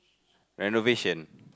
renovation